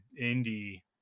indie